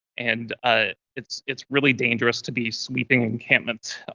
and ah it's it's really dangerous to be sweeping encampment